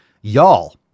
Y'all